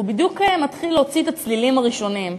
והוא בדיוק מתחיל להוציא את הצלילים הראשונים,